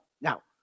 Now